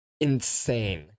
Insane